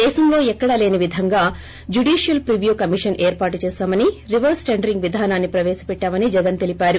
దేశంలో ఎక్కడాలేని విధంగా జ్యడిషీయల్ ప్రివ్యూ కమిషన్ ఏర్పాటు చేశామని రివర్స్ టెండరింగ్ విధానాన్ని ప్రవేశపెట్టామని జగన్ చెప్పారు